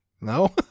No